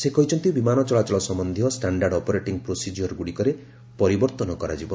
ସେ କହିଛନ୍ତି ବିମାନ ଚଳାଚଳ ସମ୍ପନ୍ଧୀୟ ଷ୍ଟାଣ୍ଡାର୍ଡ୍ ଅପରେଟିଂ ପ୍ରୋସିଜିଓର ଗୁଡ଼ିକରେ ପରିବର୍ତ୍ତନ କରାଯିବ